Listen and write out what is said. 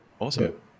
Awesome